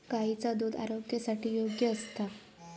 गायीचा दुध आरोग्यासाठी योग्य असता